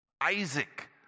Isaac